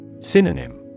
Synonym